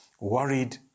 worried